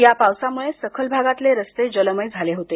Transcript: या पावसामुळे सखल भागातले रस्ते जलमय झाले होते